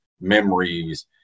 memories